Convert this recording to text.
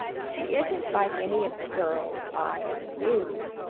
she isn't like any of the girls i ever knew,